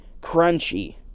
crunchy